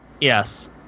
Yes